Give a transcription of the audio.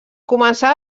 començar